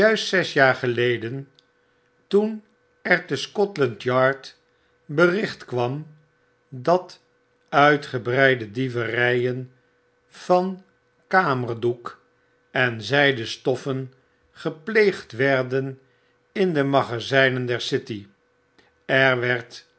zes jaar geleden toenerte scotland yard bericht kwam dat uitgebreide dieveryen van kamerdoek en zyden stoffen gepleegd werden in de magazynen der city er werd